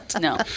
No